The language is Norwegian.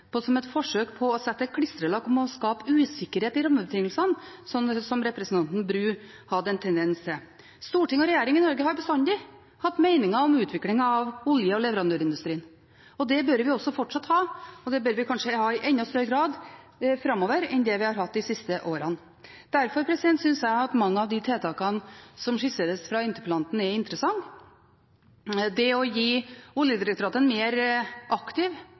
på som et forsøk på å sette klistrelapp og skape usikkerhet om rammebetingelsene, som representanten Bru hadde en tendens til. Storting og regjering i Norge har bestandig hatt meninger om utviklingen av olje- og leverandørindustrien. Det bør vi også fortsatt ha, og det bør vi kanskje ha i enda større grad framover enn det vi har hatt de siste årene. Derfor synes jeg at mange av de tiltakene som skisseres fra interpellanten, er interessante. Det å gi Oljedirektoratet en mer aktiv